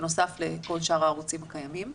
בנוסף לכל שאר הערוצים הקיימים.